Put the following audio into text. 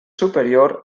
superior